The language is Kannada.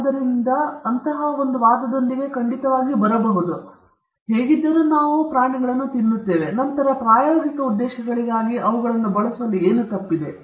ಆದ್ದರಿಂದ ಅಂತಹ ಒಂದು ವಾದದೊಂದಿಗೆ ಖಂಡಿತವಾಗಿಯೂ ಬರಬಹುದು ನಾವು ಹೇಗಾದರೂ ಅವುಗಳನ್ನು ತಿನ್ನುತ್ತಿದ್ದೇವೆ ನಂತರ ಪ್ರಾಯೋಗಿಕ ಉದ್ದೇಶಗಳಿಗಾಗಿ ಅವುಗಳನ್ನು ಬಳಸುವಲ್ಲಿ ಏನು ತಪ್ಪಾಗಿದೆ